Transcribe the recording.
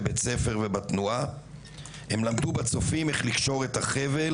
בבית ספר ובתנועה / הם למדו בצופים איך לקשור את החבל